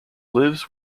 lives